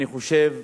אני חושב,